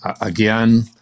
again